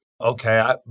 Okay